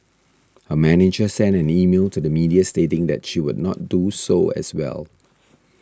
her manager sent an email to the media stating that she would not do so as well